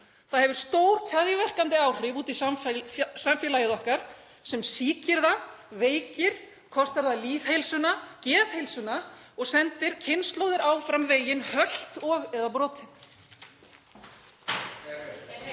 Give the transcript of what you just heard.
Það hefur stór keðjuverkandi áhrif út í samfélagið okkar sem sýkir það, veikir, kostar það lýðheilsuna, geðheilsuna og sendir kynslóðir áfram veginn haltar og/eða brotnar.